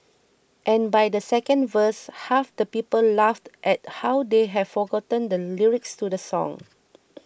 and by the second verse half the people laughed at how they have forgotten the lyrics to the song